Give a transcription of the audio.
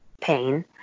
pain